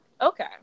Okay